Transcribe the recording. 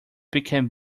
became